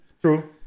True